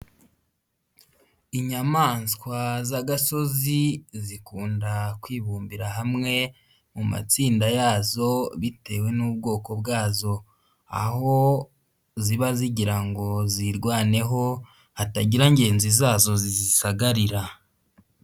Inyamaswa z'agasozi zikunda kwibumbira hamwe mu matsinda yazo bitewe n'ubwoko bwazo, aho ziba zigira ngo zirwaneho hatagira ngenzi zazo zizisagarira.